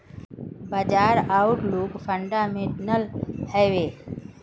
बाजार outlook fundamental हैवै?